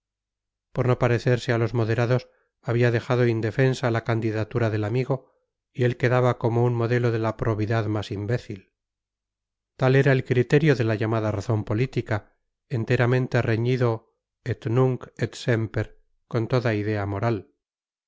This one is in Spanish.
por no parecerse a los moderados había dejado indefensa la candidatura del amigo y él quedaba como un modelo de la probidad más imbécil tal era el criterio de la llamada razón política enteramente reñido et nunc et semper con toda idea moral